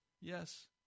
Yes